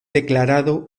declarado